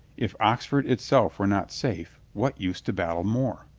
if ox ford itself were not safe, what use to battle more?